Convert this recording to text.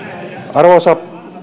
arvoisa